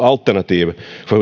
alternativ